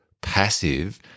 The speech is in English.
passive